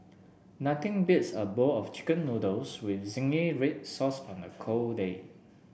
nothing beats a bowl of chicken noodles with zingy red sauce on a cold day